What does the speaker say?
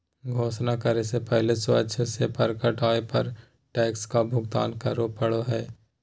घोषणा करे से पहले स्वेच्छा से प्रकट आय पर टैक्स का भुगतान करे पड़ो हइ